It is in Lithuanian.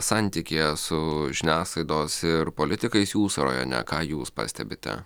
santykyje su žiniasklaidos ir politikais jūsų rajone ką jūs pastebite